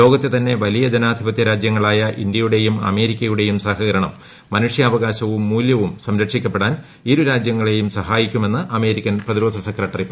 ലോകത്തെ തന്നെ വലിയ് ജനാധിപത്യ രാജ്യങ്ങളായ ഇന്ത്യ യുടേയും അമേരിക്ക്യുടേയും സഹകണം മനുഷ്യവകാശവും മൂലൃവും സംരക്ഷിക്കപ്പെടാൻ ഇരുരാജൃങ്ങളേയും സഹായിക്കു മെന്ന് അമേരിക്കൻ പ്രതിരോധ സെക്രട്ടറി പറഞ്ഞു